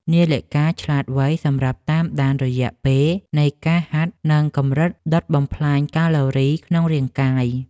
នាឡិកាឆ្លាតវៃសម្រាប់តាមដានរយៈពេលនៃការហាត់ និងកម្រិតដុតបំផ្លាញកាឡូរីក្នុងរាងកាយ។